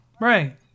Right